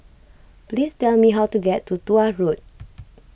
please tell me how to get to Tuah Road